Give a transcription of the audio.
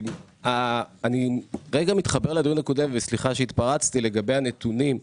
אני רגע מתחבר לדיון הקודם וסליחה שהתפרצתי לגבי הנתונים,